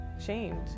shamed